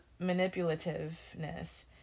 manipulativeness